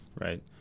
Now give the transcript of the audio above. Right